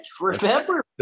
remember